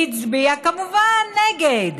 והצביע, כמובן, נגד,